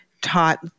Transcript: taught